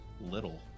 Little